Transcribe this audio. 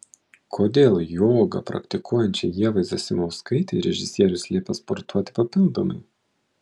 kodėl jogą praktikuojančiai ievai zasimauskaitei režisierius liepė sportuoti papildomai